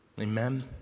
Amen